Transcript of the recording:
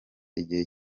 igihe